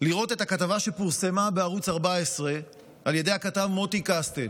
לראות את הכתבה שפורסמה בערוץ 14 על ידי הכתב מוטי קסטל: